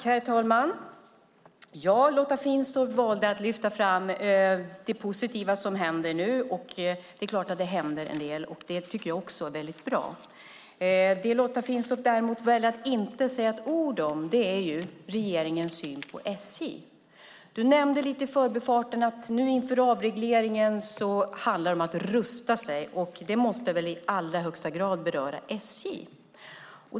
Herr talman! Lotta Finstorp valde att lyfta fram det positiva som nu händer. Det är klart att det händer en del, och det tycker jag också är väldigt bra. Det du däremot väljer att inte säga ett ord om, Lotta Finstorp, är regeringens syn på SJ. Du nämnde lite i förbifarten att det nu inför avregleringen handlar om att rusta sig. Det måste väl i allra högsta grad beröra SJ.